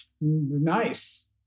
Nice